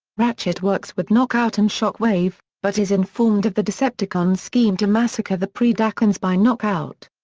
ratchet works with knock out and shockwave, but is informed of the decepticons' scheme to massacre the predacons by knock out.